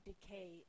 decay